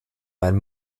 einen